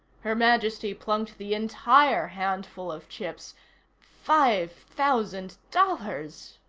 her majesty plunked the entire handful of chips five thousand dollars!